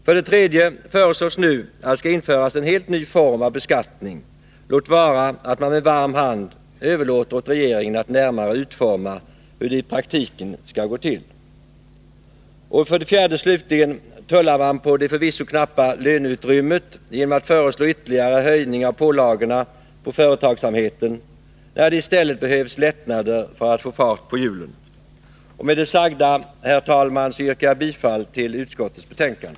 För det tredje föreslås nu att det skall införas en helt ny form av beskattning, låt vara att man med varm hand överlåter åt regeringen att närmare utforma hur det i praktiken skall gå till. För det fjärde, slutligen, tullar man på det förvisso knappa löneutrymmet genom att föreslå en ytterligare höjning av pålagorna på företagsamheten, när det i stället behövs lättnader för att få fart på hjulen. Herr talman! Med det sagda yrkar jag bifall till hemställan i utskottets betänkande.